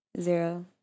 Zero